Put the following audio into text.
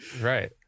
Right